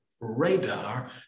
Radar